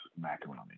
macaroni